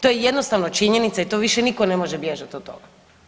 To je jednostavno činjenica i to više nitko ne može bježati od toga.